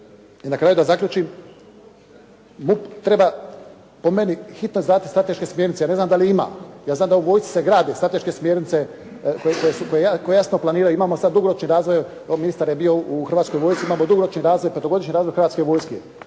I na kraju da zaključim. MUP treba po meni … strateške smjernice. Ne znam da li je ima? Ja znam da u vojsci se grade strateške smjernice koje jasno planiraju. Imamo sa dugoročnim razvojem, ministar je bio u Hrvatskoj vojsci imamo dugoročni razvoj, petogodišnji razvoj Hrvatske vojske.